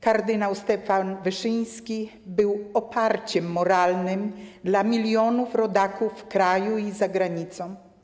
Kardynał Stefan Wyszyński był oparciem moralnym dla milionów rodaków w kraju i za granicą.